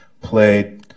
played